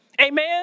Amen